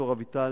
ד"ר אביטל